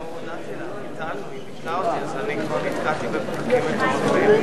אדוני היושב-ראש, חברי חברי הכנסת, סעיד נפאע,